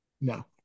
No